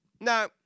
Now